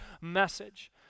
message